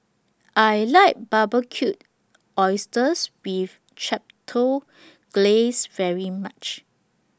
I like Barbecued Oysters with Chipotle Glaze very much